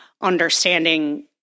understanding